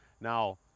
Now